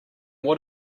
what